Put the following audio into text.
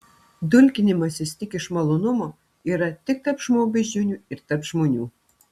dulkinimasis tik iš malonumo yra tik tarp žmogbeždžionių ir tarp žmonių